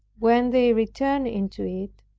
when they return into it,